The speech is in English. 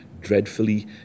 dreadfully